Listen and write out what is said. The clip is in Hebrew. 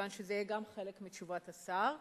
כיוון שגם זה יהיה חלק מתשובת השר.